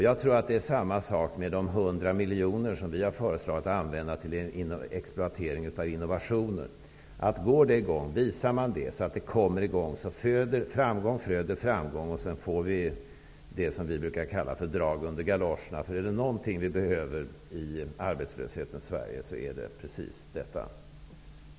Jag tror att det är samma sak med de 100 miljoner som vi har föreslagit att man skall använda till exploatering av innovationer. Går det i gång, och visar man att det kommer i gång -- framgång föder framgång -- får vi det som vi brukar kalla drag under galoscherna. Är det någonting vi behöver i arbetslöshetens Sverige är det precis detta.